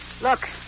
Look